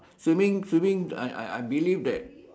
swimming swimming I I I believe that